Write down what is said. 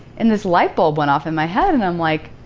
and this light bulb went off in my head. and i'm like,